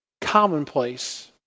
commonplace